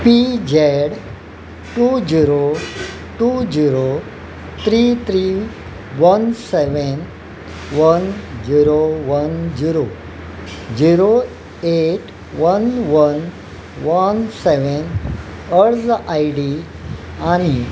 P Z two zero two zero three three one seven one zero one zero zero eight one one one seven अर्ज ID आनी